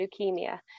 leukemia